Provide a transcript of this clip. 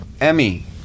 Emmy